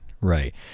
right